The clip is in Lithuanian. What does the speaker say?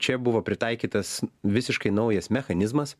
čia buvo pritaikytas visiškai naujas mechanizmas